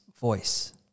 voice